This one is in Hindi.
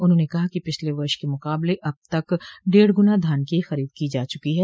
उन्होंने कहा कि पिछले वर्ष के मुकाबले अब तक डेढ़ गुना धान की खरीद की जा चुकी है